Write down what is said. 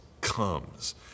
comes